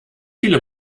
viele